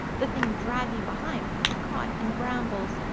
the thing dragging behind caught in the brambles,